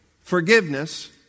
forgiveness